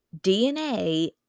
DNA